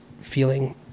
feeling